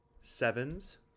Sevens